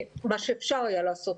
מה שאפשר היה לעשות,